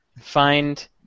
find